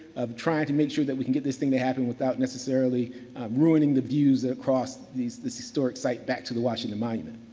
of trying to make sure that we can get this thing to happen without necessarily ruining the views across this historic site back to the washington monument.